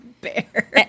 Bear